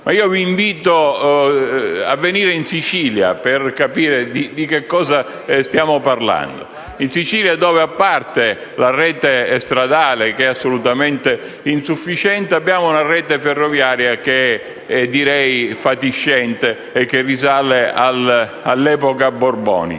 Io vi invito a venire in Sicilia per capire di che cosa stiamo parlando. In Sicilia, a parte la rete stradale che è assolutamente insufficiente, abbiamo una rete ferroviaria che definirei fatiscente e che risale all'epoca borbonica.